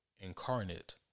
incarnate